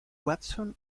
watson